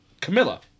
Camilla